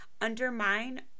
undermine